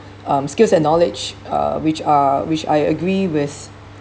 um skills and knowledge um which are which I agree with